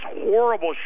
horrible